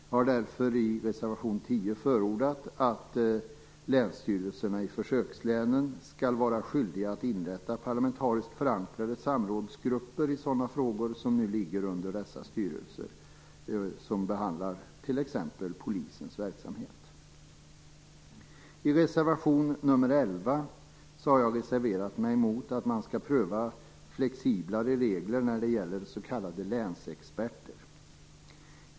Vi har därför i reservation 10 förordat att länsstyrelserna i försökslänen skall vara skyldiga att inrätta parlamentariskt förankrade samrådsgrupper i sådana frågor som nu ligger under dessa styrelser, t.ex. polisens verksamhet. I reservation nr 11 har jag vänt mig mot att man skall pröva flexiblare regler när det gäller s.k. länsexperter.